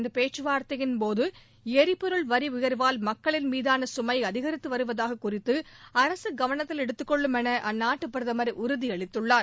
இந்தப் பேச்சுவார்த்தையின்போது ளிபொருள் வரி உயர்வால் மக்களின் மீதான சுமை அதிகரித்து வருவது குறித்து அரசு கவனத்தில் எடுத்துக்கொள்ளும் என அந்நாட்டுப் பிரதமா் உறுதியளித்துள்ளார்